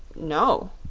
no,